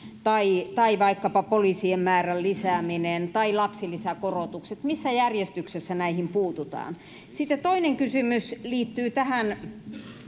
tai tai vaikkapa poliisien määrän lisääminen tai lapsilisäkorotukset missä järjestyksessä näihin puututaan sitten toinen kysymys liittyy tähän